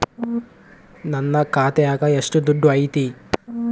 ನನ್ನ ಖಾತ್ಯಾಗ ಎಷ್ಟು ದುಡ್ಡು ಐತಿ?